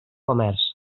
comerç